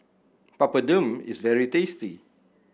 Papadum is very tasty